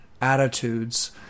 attitudes